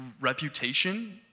reputation